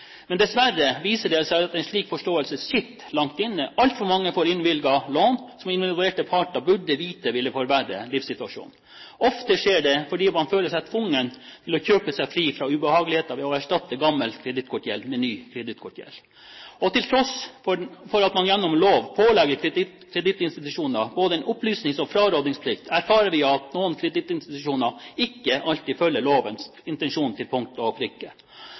Dessverre viser det seg at en slik forståelse sitter langt inne. Altfor mange får innvilget lån som de involverte parter burde vite ville forverre deres livssituasjon. Ofte skjer det fordi man føler seg tvunget til å kjøpe seg fri fra ubehageligheter ved å erstatte gammel kredittkortgjeld med ny kredittkortgjeld. Til tross for at man gjennom lov pålegger kredittinstitusjoner både en opplysningsplikt og en frarådningsplikt, erfarer vi at noen kredittinstitusjoner ikke alltid følger lovens intensjon til punkt og prikke.